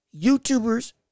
YouTubers